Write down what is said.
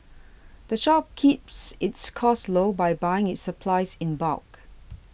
the shop keeps its costs low by buying its supplies in bulk